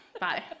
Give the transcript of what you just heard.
Bye